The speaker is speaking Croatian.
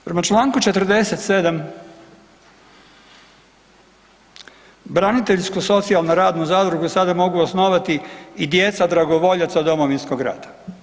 Prema čl. 47. braniteljsku socijalnu radnu zadrugu sada mogu osnovati i djeca dragovoljaca Domovinskog rata.